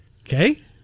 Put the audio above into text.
Okay